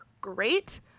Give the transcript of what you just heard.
great